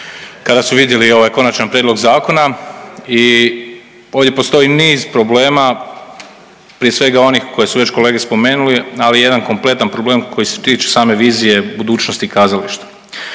kada su vidjeli ovaj Konačan prijedlog zakona i ovdje postoji niz problema, prije svega onih koje su već kolege spomenuli, ali jedan kompletan problem koji se tiču same vizije budućnosti kazališta.